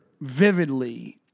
vividly